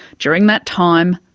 during that time,